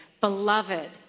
beloved